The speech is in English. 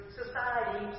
society